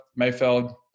Mayfeld